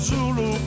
Zulu